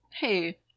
hey